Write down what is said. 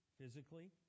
physically